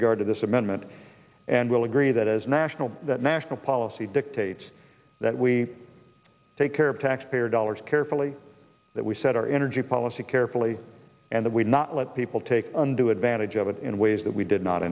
regard to this amendment and we'll agree that it is national that national policy dictates that we take care of taxpayer dollars carefully that we set our energy policy carefully and that we not let people take undue advantage of it in ways that we did not